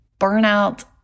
burnout